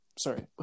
Sorry